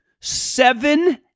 seven